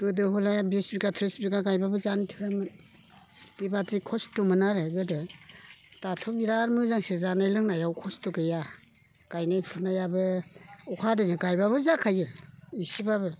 गोदो हले बिस बिगा थ्रिस बिगा गायबाबो जानो थोआमोन बेबायदि खस्थ'मोन आरो गोदो दाथ' बिराद मोजांसो जानाय लोंनायाव खस्थ' गैया गायनाय फुनायाबो अखा हादैजों गायबाबो जाखायो इसेबाबो